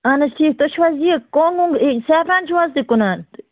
اَہَن حظ ٹھیٖک تُہۍ چھُو حظ یہِ گۅنٛگ وۅنٛگ سیفران چھُو حظ تُہۍ کٕنان